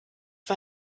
war